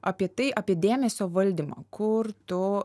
apie tai apie dėmesio valdymą kur tu